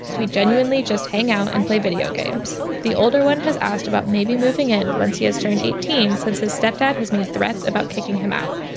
we genuinely just hang out and play video games. the older one has asked about maybe moving in once he has turned eighteen since his stepdad has made threats about kicking him out.